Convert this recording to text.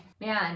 Man